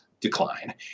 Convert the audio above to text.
decline